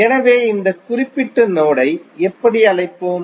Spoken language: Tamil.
எனவே இந்த குறிப்பிட்ட நோடை எப்படி அழைப்போம்